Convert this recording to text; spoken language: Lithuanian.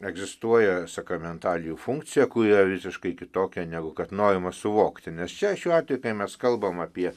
egzistuoja sakramentalijų funkcija kur yra visiškai kitokia negu kad norimos suvokti nes čia šiuo atveju kai mes kalbam apie